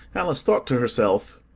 alice thought to herself,